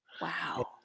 Wow